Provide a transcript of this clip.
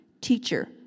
Teacher